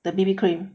the B_B cream